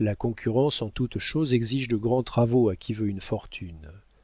la concurrence en toute chose exige de grands travaux à qui veut une fortune